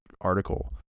article